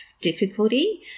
difficulty